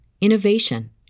innovation